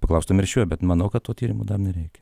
paklaustume ir šiuo bet manau kad to tyrimo dar nereikia